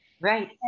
Right